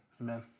Amen